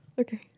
Okay